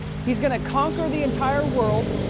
he is going to conquer the entire world.